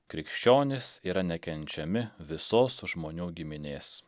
krikščionys yra nekenčiami visos žmonių giminės